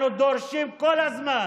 אנחנו דורשים כל הזמן